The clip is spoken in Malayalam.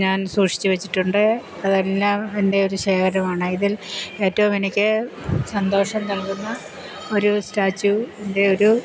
ഞാൻ സൂക്ഷിച്ചു വച്ചിട്ടുണ്ട് അതെല്ലാം എൻ്റെ ഒരു ശേഖരമാണ് ഇതിൽ ഏറ്റവും എനിക്ക് സന്തോഷം നൽകുന്ന ഒരു സ്റ്റാച്യുവിൻ്റെ ഒരു